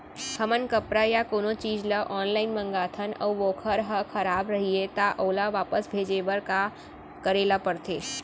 हमन कपड़ा या कोनो चीज ल ऑनलाइन मँगाथन अऊ वोकर ह खराब रहिये ता ओला वापस भेजे बर का करे ल पढ़थे?